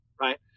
right